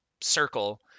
circle